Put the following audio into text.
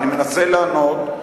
חבר הכנסת ברכה, תן, אני מנסה לענות,